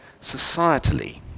societally